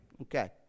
Okay